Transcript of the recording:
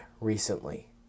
recently